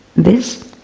this